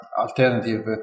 alternative